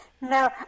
No